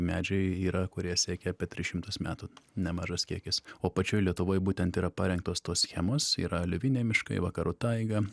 medžiai yra kurie siekia apie tris šimtus metų nemažas kiekis o pačioj lietuvoj būtent yra parengtos tos schemos yra aleviniai miškai vakarų taiga